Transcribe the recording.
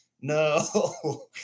no